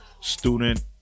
student